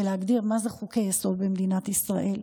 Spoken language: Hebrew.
ולהגדיר מה זה חוקי-יסוד במדינת ישראל,